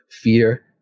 fear